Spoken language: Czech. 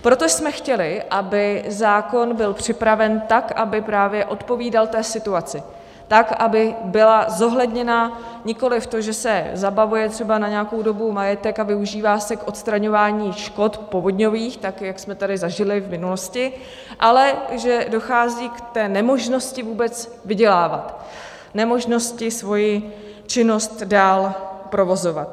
Proto jsme chtěli, aby zákon byl připraven tak, aby právě odpovídal té situaci, aby bylo zohledněno nikoli to, že se zabavuje třeba na nějakou dobu majetek a využívá se k odstraňování škod po povodních, jak jsme tady zažili v minulosti, ale že dochází k té nemožnosti vůbec vydělávat, nemožnosti svoji činnost dál provozovat.